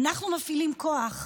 אנחנו מפעילים כוח,